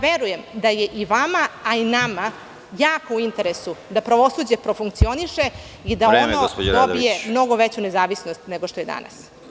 Verujem da je i vama i nama jako u interesu da pravosuđe profunkcioniše… (Predsedavajući: Vreme.) … i da ono dobije mnogo veću nezavisnost nego što je danas.